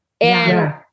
And-